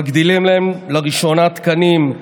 מגדילים להם לראשונה תקנים,